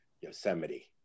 yosemite